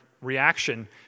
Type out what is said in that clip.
reaction